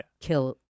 kill